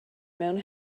mewn